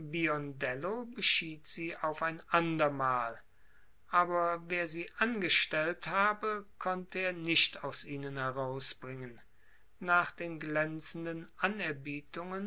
beschied sie auf ein andermal aber wer sie angestellt habe konnte er nicht aus ihnen herausbringen nach den glänzenden anerbietungen